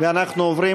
אנחנו עוברים